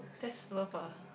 that's love ah